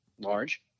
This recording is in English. large